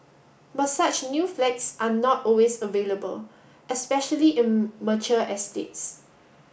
but such new flags are not always available especially in mature estates